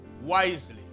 Wisely